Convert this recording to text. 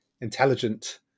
intelligent